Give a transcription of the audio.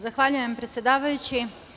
Zahvaljujem predsedavajući.